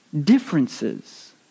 differences